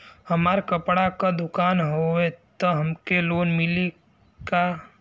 हमार कपड़ा क दुकान हउवे त हमके लोन मिली का?